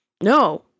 No